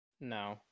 No